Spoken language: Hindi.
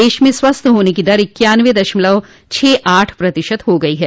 देश में स्वस्थ होने की दर इक्यानवें दशमलव छह आठ प्रतिशत हो गई है